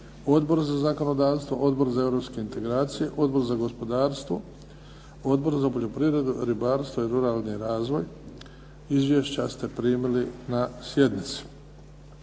Odbor za zakonodavstvo, Odbor za europske integracije, Odbor za gospodarstvo, Odbor za poljoprivredu, ribarstvo i ruralni razvoj. Izvješća ste primili na sjednici.